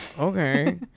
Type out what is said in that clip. okay